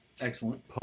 excellent